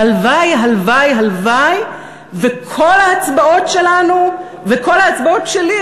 והלוואי הלוואי הלוואי שכל ההצבעות שלנו וכל ההצבעות שלי,